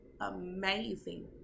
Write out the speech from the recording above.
amazing